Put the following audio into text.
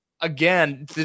again